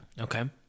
Okay